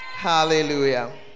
Hallelujah